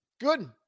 good